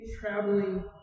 traveling